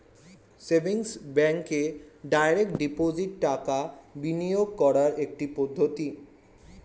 savings ব্যাঙ্কে direct deposit টাকা বিনিয়োগ করার একটি পদ্ধতি